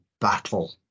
battle